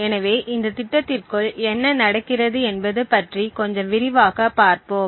எனவே இந்த திட்டத்திற்குள் என்ன நடக்கிறது என்பது பற்றி கொஞ்சம் விரிவாகப் பார்ப்போம்